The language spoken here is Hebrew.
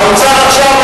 האוצר עכשיו,